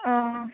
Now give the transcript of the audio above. অঁ